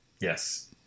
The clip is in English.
yes